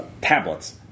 tablets